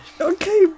Okay